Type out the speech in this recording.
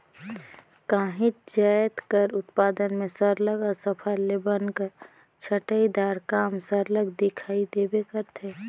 काहींच जाएत कर उत्पादन में सरलग अफसल ले बन कर छंटई दार काम सरलग दिखई देबे करथे